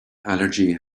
allergy